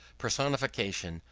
personification,